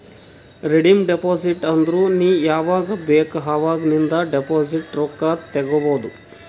redeem deposit ಅಂದುರ್ ನೀ ಯಾವಾಗ್ ಬೇಕ್ ಅವಾಗ್ ನಿಂದ್ ಡೆಪೋಸಿಟ್ ರೊಕ್ಕಾ ತೇಕೊಬೋದು